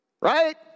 right